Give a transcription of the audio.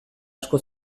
asko